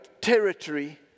territory